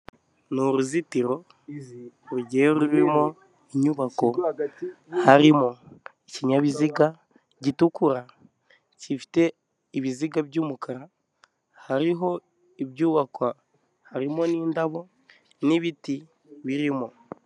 Ni uruzitiro rugiye rurimo inyubako, harimo ikinyabiziga gitukura gifite ibiziga by'umukara, hariho ibyubakwa, harimo n'indabo n'ibiti birimo.